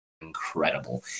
incredible